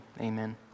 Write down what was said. Amen